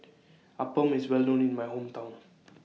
Appam IS Well known in My Hometown